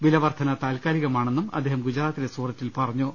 വില വർദ്ധന താൽക്കാലികമാണെന്നും അദ്ദേഹം ഗുജറാത്തിലെ സൂറ ത്തിൽ പറഞ്ഞു